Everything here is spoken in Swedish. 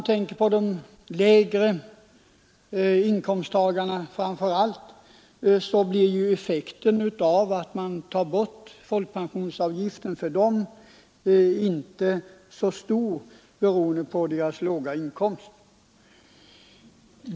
För de lägre inkomsttagarna blir effekten av att man tar bort folkpensionsavgiften inte särskilt stor.